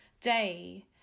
day